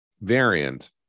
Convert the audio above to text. variant